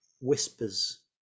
Whispers